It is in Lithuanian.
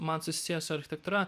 man susiję su architektūra